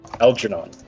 Algernon